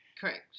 Correct